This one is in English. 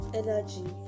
energy